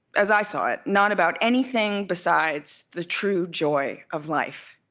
as i saw it, not about anything besides the true joy of life.